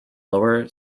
lower